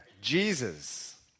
Jesus